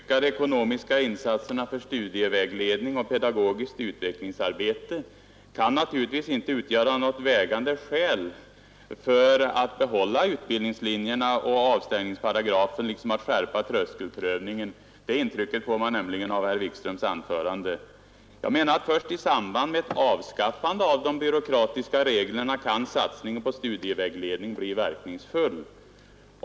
Herr talman! De ökade ekonomiska insatserna för studievägledning och pedagogiskt utvecklingsarbete kan naturligtvis inte utgöra något vägande skäl för att behålla utbildningslinjerna och avstängningsparagrafen liksom inte heller för att skärpa tröskelprövningen. Det intrycket får man nämligen av herr Wikströms anförande. Jag menar att först i samband med ett avskaffande av de byråkratiska reglerna kan satsningen på studievägledning bli verkningsfull.